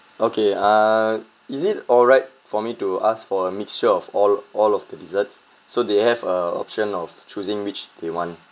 okay uh is it alright for me to ask for a mixture of all all of the desserts so they have a option of choosing which they want